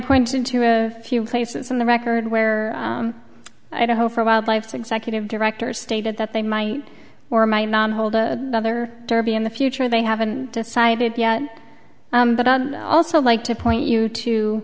pointed to a few places in the record where i don't hope for wildlife to executive director stated that they might or might not hold the other derby in the future they haven't decided yet but i also like to point you to